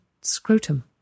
scrotum